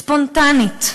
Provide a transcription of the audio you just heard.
ספונטנית".